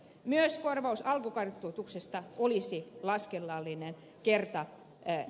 myös korvaus alkukartoituksesta olisi laskennallinen kertakorvaus